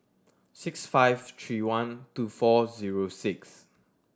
six five three one two four zero six